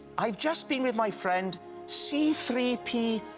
i've just been with my friend c three p.